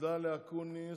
תודה לאקוניס,